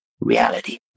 reality